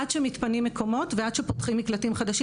עד שמתפנים מקומות ועד שנפתחים מקלטים חדשים,